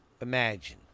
imagine